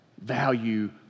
Value